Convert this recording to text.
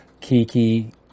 Kiki